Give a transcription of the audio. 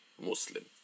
Muslim